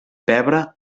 pebre